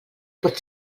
pot